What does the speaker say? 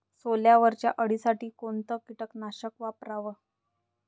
सोल्यावरच्या अळीसाठी कोनतं कीटकनाशक वापराव?